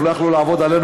לא יכלו לעבוד עלינו,